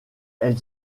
elle